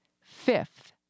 Fifth